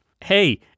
Hey